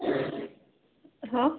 ହଁ